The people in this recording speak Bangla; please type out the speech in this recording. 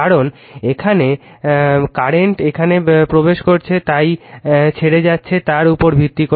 কারণ এখানে কারেন্ট এখানে প্রবেশ করছে তাই ছেড়ে যাচ্ছে তার উপর ভিত্তি করে